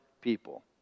people